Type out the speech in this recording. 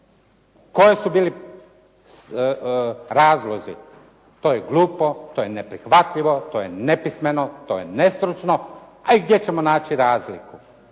Koje su bili razlozi? To je glupo, to je neprihvatljivo, to je nepismeno, to je nestručno, a i gdje ćemo naći razliku.